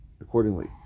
accordingly